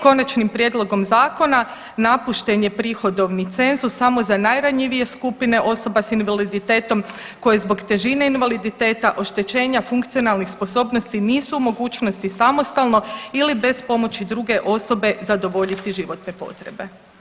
Konačnim prijedlogom zakona napušten je prihodovni cenzus samo za najranjivije skupine osoba s invaliditetom koje zbog težine invaliditeta, oštećenja funkcionalnih sposobnosti nisu u mogućnosti samostalno ili bez pomoći druge osobe zadovoljiti životne potrebe.